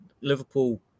Liverpool